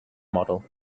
model